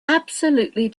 absolutely